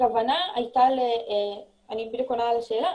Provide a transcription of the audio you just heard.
אני עונה לשאלה,